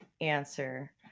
answer